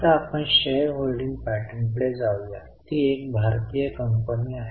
आता आपण share holding pattern कडे जाऊया ती एक भारतीय कंपनी आहे